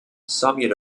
soviet